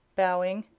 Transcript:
bowing.